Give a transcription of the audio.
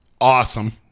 Awesome